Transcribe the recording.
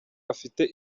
afite